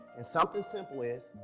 and something simple is